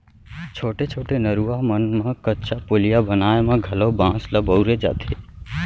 छोटे छोटे नरूवा मन म कच्चा पुलिया बनाए म घलौ बांस ल बउरे जाथे